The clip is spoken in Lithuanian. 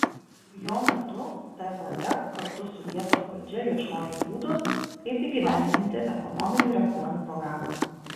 jo metu tvf kartu su vietos valdžia ieškojo būdų kaip įgyvendinti ekonominių reformų programą